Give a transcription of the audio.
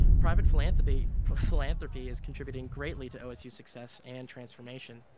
private philanthropy philanthropy is contributing greatly to osu's success and transformation.